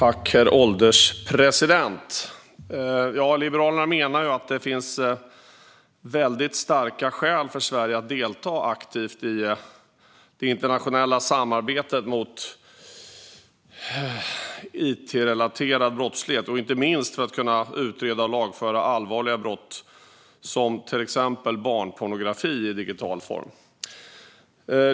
Herr ålderspresident! Liberalerna menar att det finns väldigt starka skäl för Sverige att delta aktivt i det internationella samarbetet mot it-relaterad brottslighet, inte minst för att kunna utreda och lagföra allvarliga brott som till exempel barnpornografi i digital form.